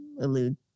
allude